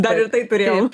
dar ir tai turėjom